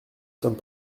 sommes